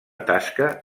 tasca